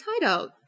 title